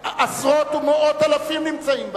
עשרות ומאות אלפים נמצאים בארץ?